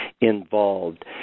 involved